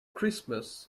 christmas